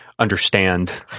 understand